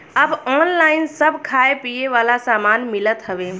अब ऑनलाइन सब खाए पिए वाला सामान मिलत हवे